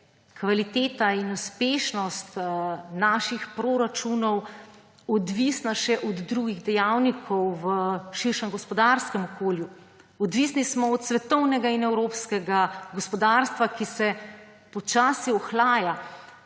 kvaliteta in uspešnost naših proračunov odvisna še od drugih dejavnikov v širšem gospodarskem okolju. Odvisni smo od svetovnega in evropskega gospodarstva, ki se počasi ohlaja,